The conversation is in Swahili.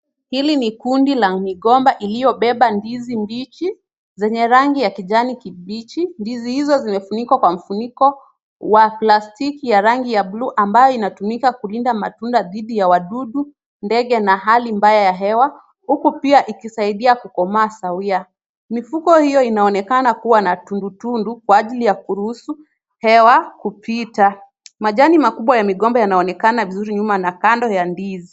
Hili ni kundi la migomba iliobeba ndizi mbichi zenye rangi ya kijani kibichi. Ndizi hizo zimefuningwa kwa kifuniko wa plastiki wa rangi ya bluu ambayo kutumika kulinda matunda dhidi ya wadudu, ndege na hali mbaya ya hewa, huku pia ikisaidia kukomaa sawia. Mifugo hio unaonekana kuwa na tundu tundu kwa ajili ya kuruhusu hewa kupita. Majani mikubwa ya migomba yanaonekana vizuri nyuma na kando ya ndizi.